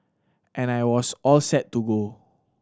and I was all set to go